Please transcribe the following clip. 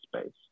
space